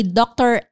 doctor